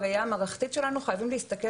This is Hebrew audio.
ואנחנו בראייה המערכתית שלנו חייבים להסתכל